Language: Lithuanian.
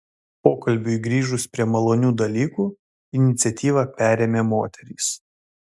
pokalbiui grįžus prie malonių dalykų iniciatyvą perėmė moterys